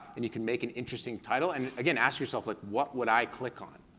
and you can make an interesting title, and again, ask yourself, like what would i click on?